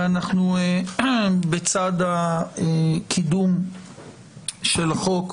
בצד הקידום של החוק,